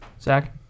Zach